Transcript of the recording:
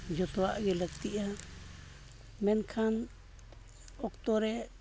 ᱡᱚᱛᱚᱣᱟᱜ ᱜᱮ ᱞᱟᱹᱠᱛᱤᱜᱼᱟ ᱢᱮᱱᱠᱷᱟᱱ ᱚᱠᱛᱚᱨᱮ